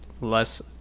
less